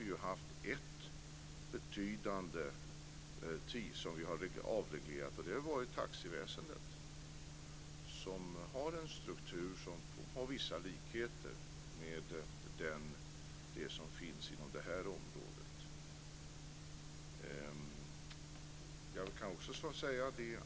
Vi har haft ett betydande sådant som vi har avreglerat. Det var taxiväsendet. Det har en struktur som har vissa likheter med den som finns inom detta område.